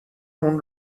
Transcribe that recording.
اون